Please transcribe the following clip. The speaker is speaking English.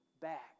back